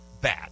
bad